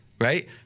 right